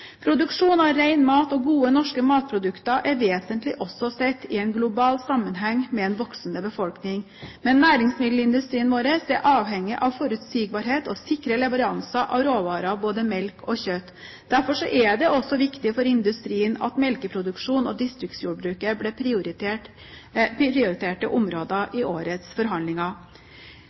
Produksjon av rein mat og gode norske matprodukter er vesentlig også sett i en global sammenheng med en voksende befolkning. Men næringsmiddelindustrien vår er avhengig av forutsigbarhet og sikre leveranser av råvarer, både melk og kjøtt. Derfor er det også viktig for industrien at melkeproduksjon og distriktsjordbruket ble prioriterte områder i årets forhandlinger.